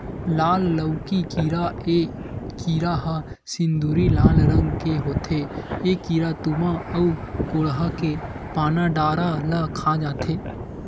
लाल लौकी कीरा ए कीरा ह सिंदूरी लाल रंग के होथे ए कीरा तुमा अउ कोड़हा के पाना डारा ल खा जथे